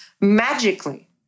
magically